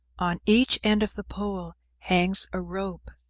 on each end of the pole hangs a rope.